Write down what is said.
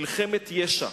מלחמת ישע,